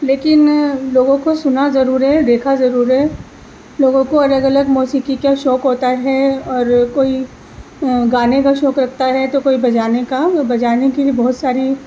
لیکن لوگوں کو سنا ضرور ہے دیکھا ضرور ہے لوگوں کو الگ الگ موسیقی کا شوق ہوتا ہے اور کوئی گانے کا شوق رکھتا ہے تو کوئی بجانے کا بجانے کے لیے بہت ساری